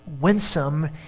winsome